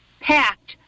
packed